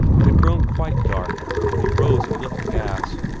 it had grown quite dark, and he rose and lit the gas.